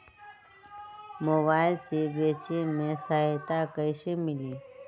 Mobile से बेचे में सहायता कईसे मिली?